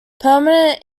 permanent